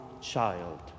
child